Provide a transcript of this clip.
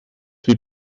wie